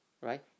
right